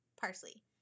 parsley